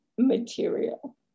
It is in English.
material